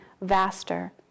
vaster